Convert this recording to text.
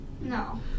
No